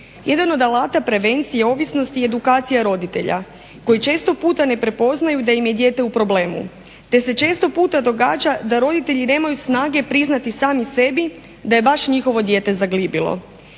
Jedan od alata prevencije ovisnosti je edukacija roditelja, koji često puta ne prepoznaju da im je dijete u problemu, te se često puta događa da roditelji nemaju snage priznati sami sebi da je baš njihovo dijete zagilibilo.